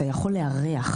אתה יכול לארח,